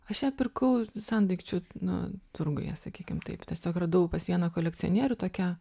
aš ją pirkau sandaikčių nu turguje sakykim taip tiesiog radau pas vieną kolekcionierių tokią